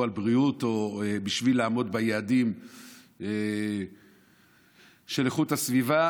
על בריאות או בשביל לעמוד ביעדים של איכות הסביבה,